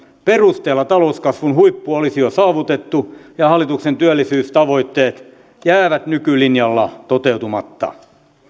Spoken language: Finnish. perusteella talouskasvun huippu olisi jo saavutettu ja hallituksen työllisyystavoitteet jäävät nykylinjalla toteutumatta